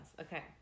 Okay